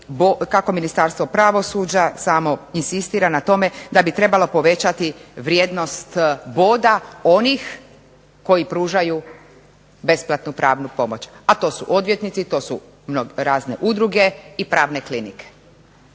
kako Ministarstvo pravosuđa samo inzistira na tome da bi trebalo povećati vrijednost boda onih koji pružaju besplatnu pravnu pomoć, a to su odvjetnici, to su razne udruge, i pravne klinike.